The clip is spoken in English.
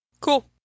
Cool